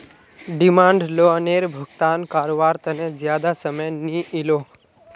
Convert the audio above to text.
demand लोअनेर भुगतान कारवार तने ज्यादा समय नि इलोह